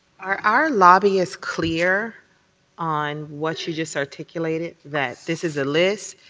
are our lobbyists clear on what you just articulated, that this is a list,